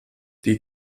die